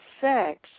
sex